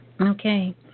Okay